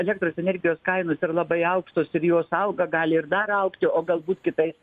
elektros energijos kainos yra labai aukštos ir jos auga gali ir dar augti o galbūt kitais